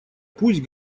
пусть